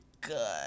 good